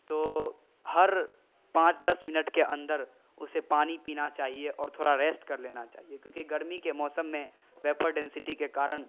تو ہر پانچ دس منٹ کے اندر اسے پانی پینا چاہیے اور تھوڑا ریسٹ کر لینا چاہیے کیونکہ گرمی کے موسم میں ویپو ڈینسٹی کے کارن